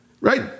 Right